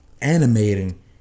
animating